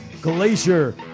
Glacier